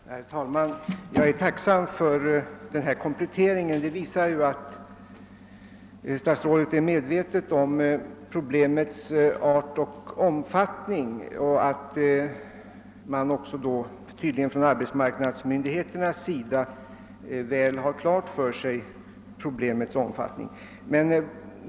Herr talman! Jag är tacksam för den lämnade kompletteringen. Den visar att statsrådet är medveten om problemets art och omfattning, och att tydligen även arbetsmarknadsmyndigheterna är väl på det klara med detta.